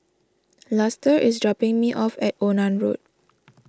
Luster is dropping me off at Onan Road